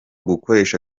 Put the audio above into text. gukoresha